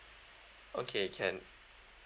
okay can